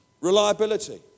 reliability